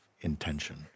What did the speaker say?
intention